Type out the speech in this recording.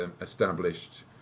established